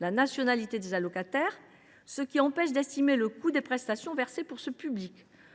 la nationalité des allocataires, ce qui empêche d’estimer le coût des prestations versées pour ce public.